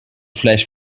flash